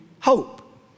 hope